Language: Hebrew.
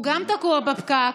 גם הוא תקוע בפקק,